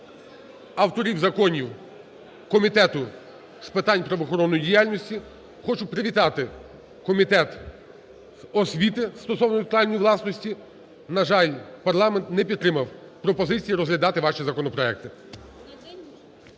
авторів законів Комітету з питань правоохоронної діяльності, хочу привітати Комітет освіти стосовно інтелектуальної власності: на жаль, парламент не підтримав пропозицію розглядати ваші законопроекти.